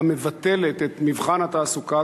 המבטלת את מבחן התעסוקה,